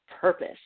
purpose